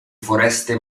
foreste